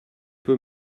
peu